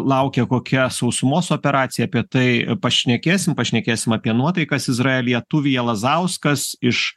laukia kokia sausumos operacija apie tai pašnekėsim pašnekėsim apie nuotaikas lazauskas iš